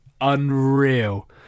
unreal